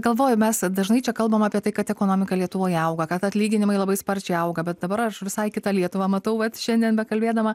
galvoju mes dažnai čia kalbam apie tai kad ekonomika lietuvoj auga kad atlyginimai labai sparčiai auga bet dabar aš visai kitą lietuvą matau vat šiandien bekalbėdama